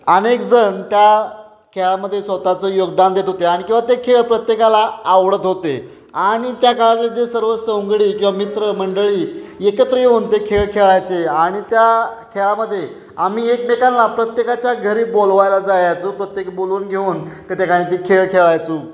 अनेक जण त्या खेळामध्ये स्वतःचं योगदान देत होते आणि किंवा ते खेळ प्रत्येकाला आवडत होते आणि त्या काळातले जे सर्व सवंगडी किंवा मित्र मंडळी एकत्र येऊन ते खेळ खेळायचे आणि त्या खेळामध्ये आम्ही एकमेकांला प्रत्येकाच्या घरी बोलवायला जायचो प्रत्येक बोलवून घेऊन त्या ठिकाणी ती खेळ खेळायचो